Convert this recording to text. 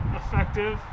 effective